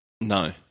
No